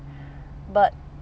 but